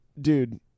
dude